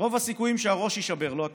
רוב הסיכויים שהראש יישבר, לא הקיר.